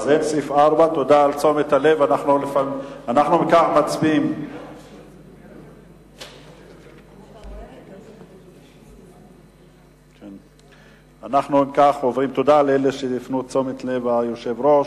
אז אין סעיף 4. תודה לאלה שהפנו את תשומת הלב של היושב-ראש.